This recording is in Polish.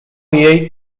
jej